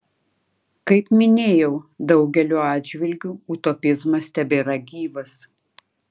kaip minėjau daugeliu atžvilgių utopizmas tebėra gyvas